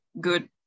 good